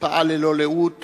פעל ללא לאות